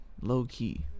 low-key